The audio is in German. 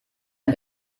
ein